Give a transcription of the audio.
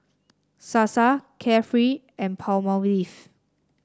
Sasa Carefree and Palmolive